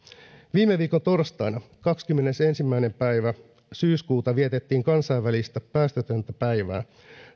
viime viikon torstaina kahdeskymmenesensimmäinen päivä syyskuuta vietettiin kansainvälistä päästötöntä päivää